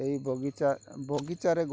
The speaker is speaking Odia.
ଏହି ବଗିଚା ବଗିଚାରେ ଗୋଟିଏ